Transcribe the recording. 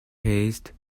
haste